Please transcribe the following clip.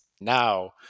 Now